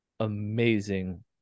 Amazing